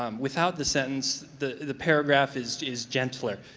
um without the sentence, the the paragraph is is gentler,